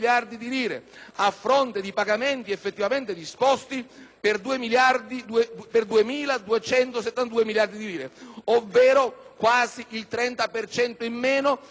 per 2.272 miliardi di lire, ovvero quasi il 30 per cento in meno delle somme concretamente impiegate rispetto a quelle impegnate.